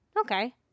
Okay